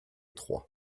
trois